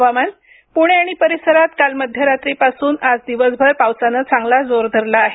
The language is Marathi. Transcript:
हवामान पुणे आणि परिसरात काल मध्यरात्रीपासून आज दिवसभर पावसानं चांगला जोर धरला आहे